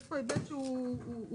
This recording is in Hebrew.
יש פה היבט שהוא חריג.